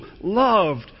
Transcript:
loved